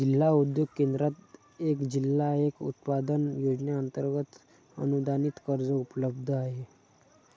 जिल्हा उद्योग केंद्रात एक जिल्हा एक उत्पादन योजनेअंतर्गत अनुदानित कर्ज उपलब्ध आहे